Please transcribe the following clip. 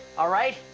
ah right?